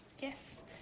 Yes